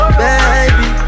baby